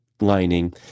lining